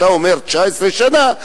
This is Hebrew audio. אתה אומר 19 שנה,